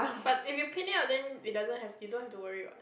but if you pin it up then it doesn't have you don't have to worry what